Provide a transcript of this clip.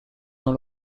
dans